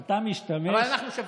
אבל אנחנו שווים.